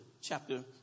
Chapter